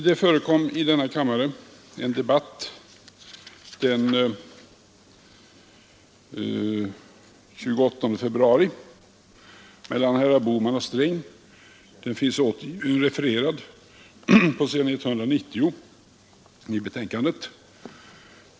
Det förekom i denna kammare den 28 februari i år en debatt mellan herrar Bohman och Sträng — den finns refererad på s. 190 i betänkandet.